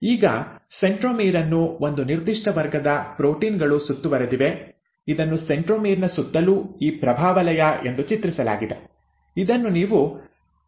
ಈಗ ಸೆಂಟ್ರೊಮೀರ್ ಅನ್ನು ಒಂದು ನಿರ್ದಿಷ್ಟ ವರ್ಗದ ಪ್ರೋಟೀನ್ ಗಳು ಸುತ್ತುವರೆದಿವೆ ಇದನ್ನು ಸೆಂಟ್ರೊಮೀರ್ ನ ಸುತ್ತಲೂ ಈ ಪ್ರಭಾವಲಯ ಎಂದು ಚಿತ್ರಿಸಲಾಗಿದೆ ಇದನ್ನು ನೀವು ಕೈನೆಟೋಕೋರ್ ಎಂದು ಕರೆಯುತ್ತೀರಿ